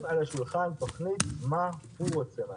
על השולחן תוכנית מה הוא רוצה מהדיג,